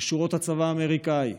בשורות הצבא האמריקאי,